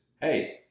hey